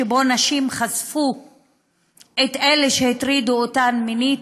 שבו נשים חשפו את אלה שהטרידו אותן מינית,